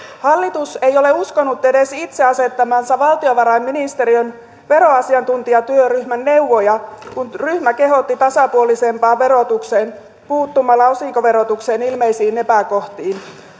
hallitus ei ole uskonut edes itse asettamansa valtiovarainministeriön veroasiantuntijatyöryhmän neuvoja kun ryhmä kehotti tasapuolisempaan verotukseen puuttumalla osinkoverotuksen ilmeisiin epäkohtiin